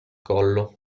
collo